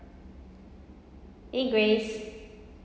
eh grace